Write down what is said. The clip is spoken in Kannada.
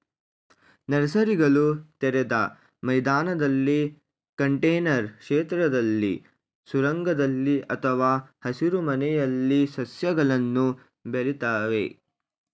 ನರ್ಸರಿಗಳು ತೆರೆದ ಮೈದಾನದಲ್ಲಿ ಕಂಟೇನರ್ ಕ್ಷೇತ್ರದಲ್ಲಿ ಸುರಂಗದಲ್ಲಿ ಅಥವಾ ಹಸಿರುಮನೆಯಲ್ಲಿ ಸಸ್ಯಗಳನ್ನು ಬೆಳಿತವೆ